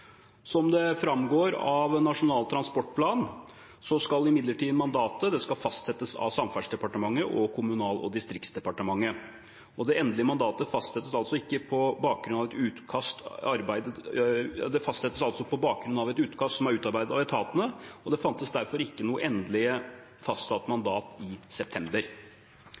Som det framgår av Nasjonal transportplan, skal imidlertid mandatet fastsettes av Samferdselsdepartementet og Kommunal- og distriktsdepartementet. Det endelige mandatet fastsettes altså på bakgrunn av et utkast som er utarbeidet av etatene, og det fantes derfor ikke noe endelig fastsatt mandat i september.